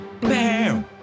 Bam